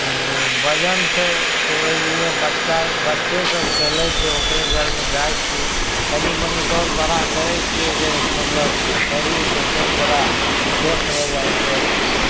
ब वजन छै तऽ ओहिलिए बच्चा बच्चेसभ खेलै छै ओकरे जरमे जाइ छिए तनि मनि दौड़बड़हा करै छिए जे मतलब शरीर जे छै थोड़ा सेट होइ जाइ छै